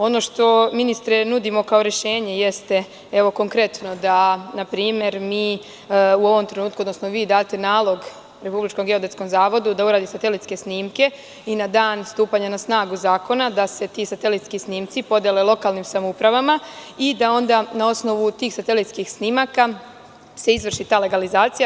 Ono što, ministre, nudimo kao rešenje jeste da, na primer, date nalog Republičkom geodetskom zavodu da uradi satelitske snimke i na dan stupanja na snagu zakona da se ti satelitski snimci podele lokalnim samoupravama i da onda, na osnovu tih satelitskih snimaka, se izvrši ta legalizacija.